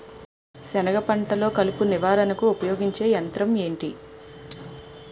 సెనగ పంటలో కలుపు నివారణకు ఉపయోగించే యంత్రం ఏంటి?